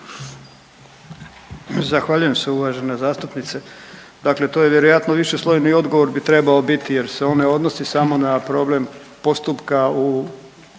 Zahvaljujem se uvažena zastupnice. Dakle to je vjerojatno višeslojni odgovor bi trebao biti jer se on ne odnosi samo na problem postupka u